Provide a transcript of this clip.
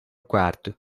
quarto